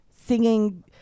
singing